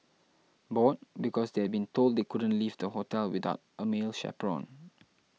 bored because they has been told they couldn't leave the hotel without a male chaperone